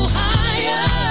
higher